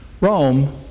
Rome